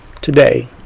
today